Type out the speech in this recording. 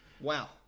Wow